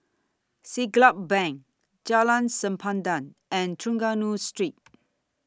Siglap Bank Jalan Sempadan and Trengganu Street